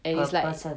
per person